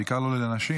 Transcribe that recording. בעיקר לא לנשים.